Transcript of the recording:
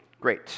Great